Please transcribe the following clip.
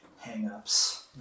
hang-ups